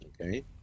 okay